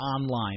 Online